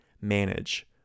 manage